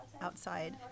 outside